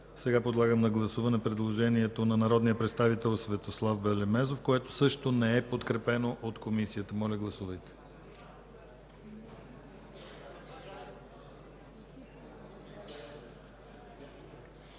Подлагам на гласуване предложението на народния представител Светослав Белемезов, което също не е подкрепено от Комисията. Гласували